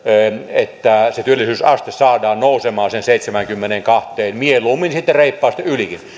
että työllisyysaste saadaan nousemaan siihen seitsemäänkymmeneenkahteen mieluummin sitten reippaasti ylikin